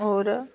होर